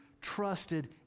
trusted